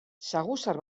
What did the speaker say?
saguzar